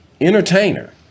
entertainer